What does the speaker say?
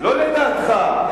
לא לדעתך,